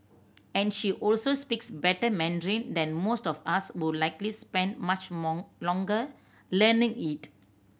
and she also speaks better Mandarin than most of us who likely spent much more longer learning it